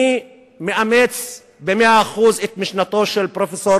אני מאמץ במאה אחוז את משנתו של פרופסור